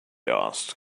asked